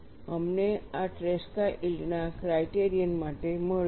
અમને આ ટ્રેસ્કા યીલ્ડના ક્રાઇટેરિયન માટે મળ્યું છે